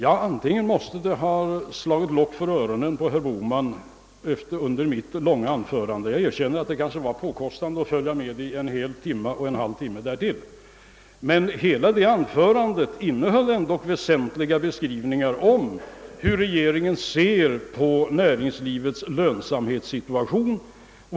Antagligen måste det ha slagit lock för öronen på herr Bohman under mitt långa anförande — jag erkänner att det kanske var påkostande att följa med det i en och en halv timme — ty det anförandet innehöll ändock väsentliga beskrivningar om hur regeringen ser på näringslivets lönsamhetssituation.